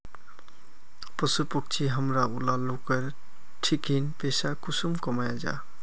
पशु पक्षी हमरा ऊला लोकेर ठिकिन पैसा कुंसम कमाया जा?